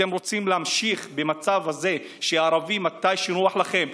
אתם רוצים להמשיך במצב הזה שהערבי, כשנוח לכם,